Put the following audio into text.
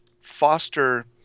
foster